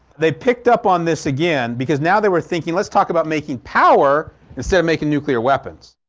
they picked up on this again because now they were thinking let's talk about making power instead of making nuclear weapons.